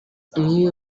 n’iyo